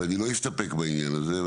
ואני לא אסתפק בעניין הזה.